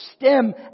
stem